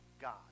God